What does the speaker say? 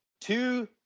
two